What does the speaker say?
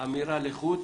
אמירה לחוד,